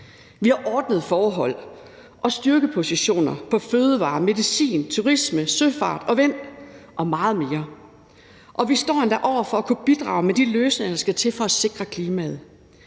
Vi har ordnede forhold og styrkepositioner inden for fødevarer, medicin, turisme, søfart og vindenergi og meget mere. Og vi står endda over for at kunne bidrage med de løsninger, der skal til for at sikre klimaet.